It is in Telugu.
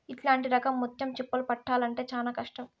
ఇట్లాంటి రకం ముత్యం చిప్పలు పట్టాల్లంటే చానా కష్టం